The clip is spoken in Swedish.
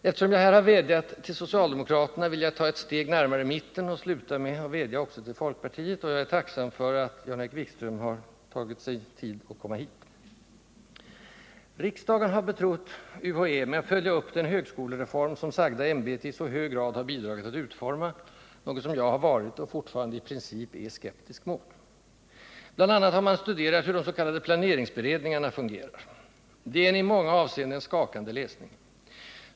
Eftersom jag här har vädjat till socialdemokraterna vill jag ta ett steg närmare mitten och sluta med att vädja också till folkpartiet. Jag är tacksam för att Jan Erik Wikström har tagit sig tid att komma hit. Riksdagen har betrott UHÄ med att följa upp den högskolereform som sagda ämbete i så hög grad har bidragit att utforma, något som jag har varit — och fortfarande i princip är — skeptisk emot. Bl. a. har man studerat hurde ss.k. planeringsberedningarna fungerar. Det är en i många avseenden skakande läsning.